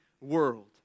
world